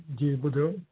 जी ॿुधियो